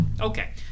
Okay